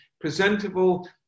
presentable